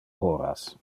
horas